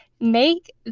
Make